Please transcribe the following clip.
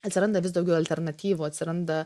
atsiranda vis daugiau alternatyvų atsiranda